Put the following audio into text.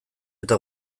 eta